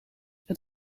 het